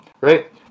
right